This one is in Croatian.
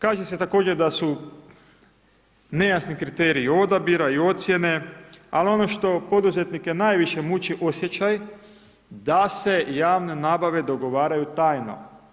Kaže se također da su nejasni kriteriji odabira i ocjene ali ono što poduzetnike najviše muči osjećaj da se javne nabave dogovaraju tajno.